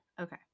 okay